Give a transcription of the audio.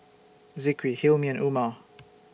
Zikri Hilmi and Umar